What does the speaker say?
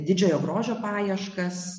didžiojo grožio paieškas